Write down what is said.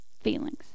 feelings